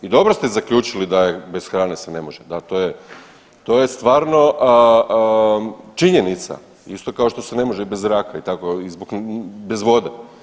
I dobro ste zaključili da je bez hrane se ne može da to je stvarno činjenica, isto kao što se ne može bez zraka i tako i bez vode.